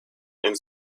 and